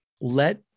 Let